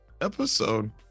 episode